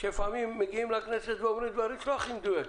שלפעמים מגיעים לכנסת ואומרים דברים שלא הכי מדויקים?